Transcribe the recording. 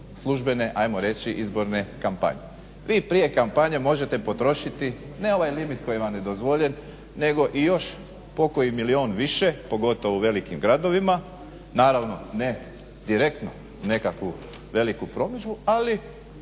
službene ajmo reći izborne kampanje. Vi prije kampanje možete potrošiti ne ovaj limit koji vam je dozvoljen nego i još po koji milijun više pogotovo u velikim gradovima naravno ne direktno nekakvu veliku promidžbu ali